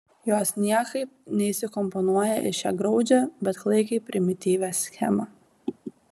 jos niekaip neįsikomponuoja į šią graudžią bet klaikiai primityvią schemą